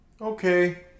Okay